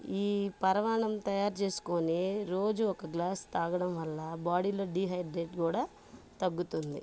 ఈ పరవాన్నం తయారుచేసుకోని రోజు ఒక గ్లాస్ తాగడం వల్ల బాడిలో డీహైడ్రేట్ కూడా తగ్గుతుంది